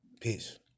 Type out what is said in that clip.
Peace